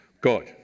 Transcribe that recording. God